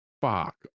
Fuck